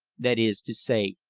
that is to say,